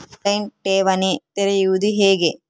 On line ಠೇವಣಿ ತೆರೆಯುವುದು ಹೇಗೆ?